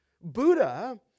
Buddha